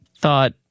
thought